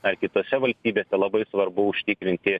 ar kitose valstybėse labai svarbu užtikrinti